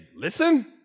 listen